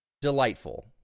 delightful